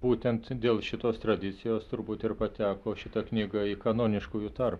būtent dėl šitos tradicijos turbūt ir pateko šita knyga į kanoniškųjų tarpą